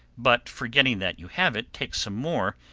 but forgetting that you have it, take some more,